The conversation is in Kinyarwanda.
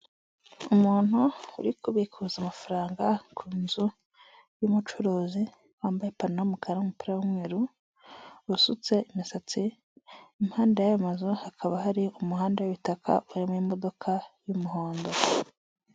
Umuntu uri kubikuza amafaranga ku nzu y'umucuruzi wambaye ipantaro y'umukara n'umupira w'umweru usutse imisatsi impande yayo mazu hakaba hari umuhanda w'ibitaka urimo imodoka y'umuhondo.